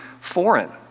foreign